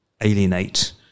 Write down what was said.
alienate